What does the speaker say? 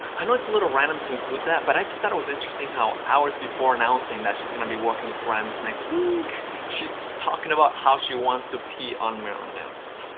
i know it's a little random to include that but i just thought it was interesting how hours before annnoncing that she's going to be working with grimes next weeeeek, she's talking about how she wants to pee on marilyn manson.